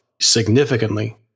significantly